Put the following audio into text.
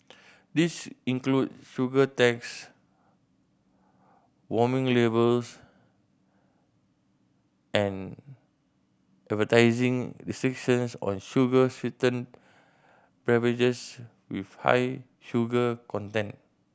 these include sugar tax warning labels and advertising restrictions on sugar sweetened beverages with high sugar content